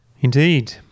Indeed